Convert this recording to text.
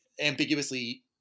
ambiguously